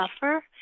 buffer